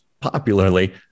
popularly